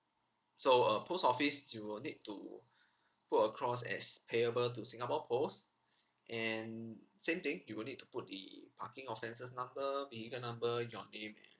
so uh post office you will need to put a cross as payable to singapore post and same thing you will need to put the parking offences number vehicle number your name and